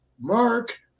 Mark